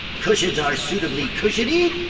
cushions are suitably cushiony.